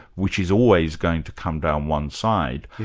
which is always going to come down one side,